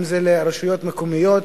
אם לרשויות מקומיות,